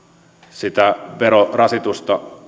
sitä verorasitusta